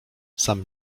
sam